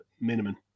minimum